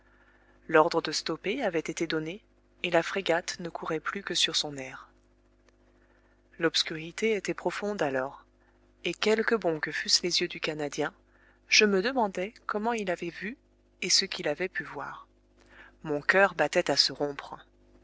l'ordre de stopper avait été donné et la frégate ne courait plus que sur son erre l'obscurité était profonde alors et quelques bons que fussent les yeux du canadien je me demandais comment il avait vu et ce qu'il avait pu voir mon coeur battait à se rompre